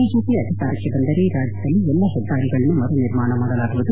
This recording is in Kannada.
ಬಿಜೆಪಿ ಅಧಿಕಾರಕ್ಕೆ ಬಂದರೆ ರಾಜ್ಯದಲ್ಲಿ ಎಲ್ಲಾ ಹೆದ್ದಾರಿಗಳನ್ನು ಮರು ನಿರ್ಮಾಣ ಮಾಡಲಾಗುವುದು